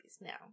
now